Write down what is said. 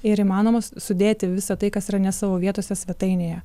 ir įmanomas sudėti visa tai kas yra ne savo vietose svetainėje